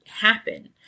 happen